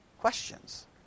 questions